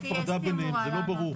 זה לא ברור.